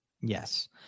Yes